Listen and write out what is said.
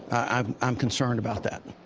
i'm i'm concerned about that.